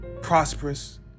prosperous